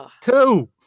two